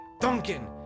Duncan